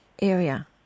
area